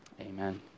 Amen